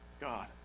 God